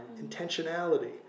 intentionality